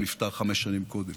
הוא נפטר חמש שנים קודם.